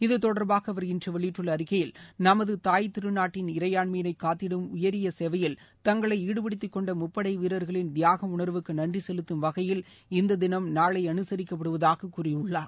இதுதொடர்பாக நமது தாய்திருநாட்டின் இறையாண்மையினை காத்திடும் உயரிய சேவையில் தங்களை ஈடுபடுத்திக் கொண்ட முப்படை வீரர்களின் தியாக உணர்வுக்கு நன்றி செலுத்தும் வகையில் இந்த தினம் நாளை அனுசரிக்கப்படுவதாக கூறியுள்ளார்